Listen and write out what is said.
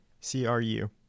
C-R-U